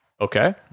Okay